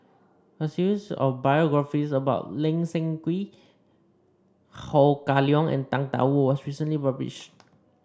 a series of biographies about Lee Seng Wee Ho Kah Leong and Tang Da Wu was recently published